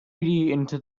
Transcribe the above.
into